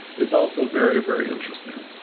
is also very, very interesting.